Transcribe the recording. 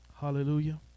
Hallelujah